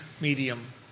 medium